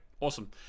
awesome